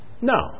No